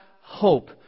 hope